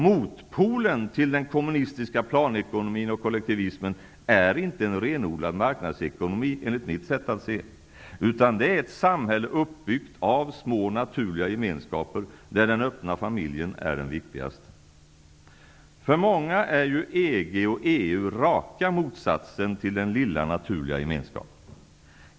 Motpolen till den kommunistiska planekonomin och kollektivismen är inte en renodlad marknadsekonomi, enligt mitt sätt att se, utan det är ett samhälle uppbyggt av små naturliga gemenskaper, där den öppna familjen är den viktigaste. För många är EG och EU raka motsatsen till den lilla naturliga gemenskapen.